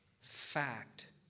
Fact